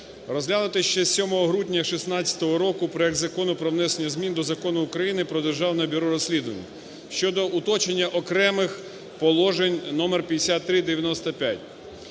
розглянутий ще 7 грудня 2016 року проект Закону про внесення змін до Закону України "Про Державне бюро розслідувань" (щодо уточнення окремих положень) (номер 5395).